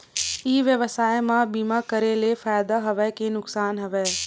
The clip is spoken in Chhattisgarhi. ई व्यवसाय म बीमा करे ले फ़ायदा हवय के नुकसान हवय?